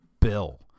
bill